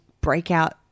breakout